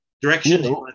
Directions